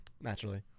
Naturally